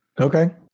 Okay